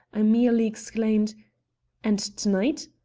i merely exclaimed and to-night?